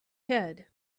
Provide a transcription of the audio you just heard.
head